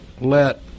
let